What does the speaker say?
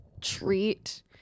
treat